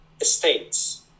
estates